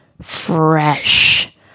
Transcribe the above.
fresh